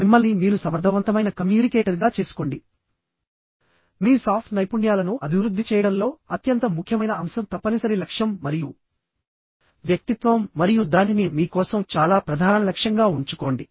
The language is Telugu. మిమ్మల్ని మీరు సమర్థవంతమైన కమ్యూనికేటర్గా చేసుకోండి మీ సాఫ్ట్ నైపుణ్యాలను అభివృద్ధి చేయడంలో అత్యంత ముఖ్యమైన అంశం తప్పనిసరి లక్ష్యం మరియు వ్యక్తిత్వం మరియు దానిని మీ కోసం చాలా ప్రధాన లక్ష్యంగా ఉంచుకోండి